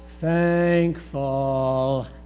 Thankful